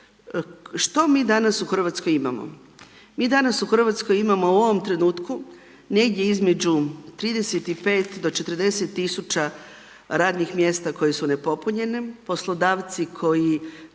Što mi danas u Hrvatskoj imamo. Mi danas u Hrvatskoj imamo u ovom trenutku, negdje između 35-40 tisuća radnih mjesta koje su nepopunjenije, poslodavci koji